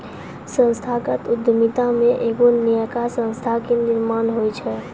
संस्थागत उद्यमिता मे एगो नयका संस्था के निर्माण होय छै